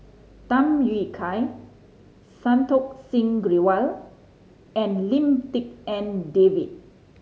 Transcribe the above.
Tham Yui Kai Santokh Singh Grewal and Lim Tik En David